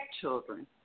children